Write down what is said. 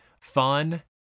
fun